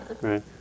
right